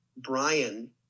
Brian